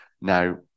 Now